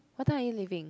what time are you leaving